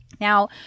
Now